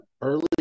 early